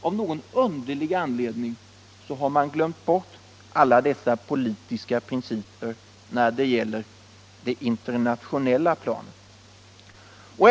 Av någon underlig anledning har man på det internationella planet glömt alla politiska principer.